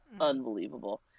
unbelievable